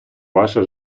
ваше